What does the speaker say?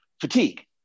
fatigue